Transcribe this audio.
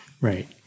Right